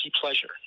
pleasure